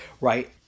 right